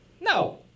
No